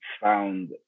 found